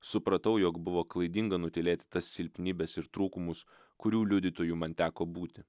supratau jog buvo klaidinga nutylėti tas silpnybes ir trūkumus kurių liudytoju man teko būti